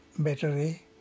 battery